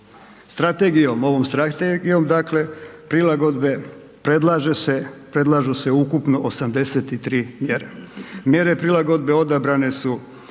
strategijom, ovom Strategijom dakle, prilagodbe, predlažu se ukupno 83 mjere. Mjere prilagodbe odabrane su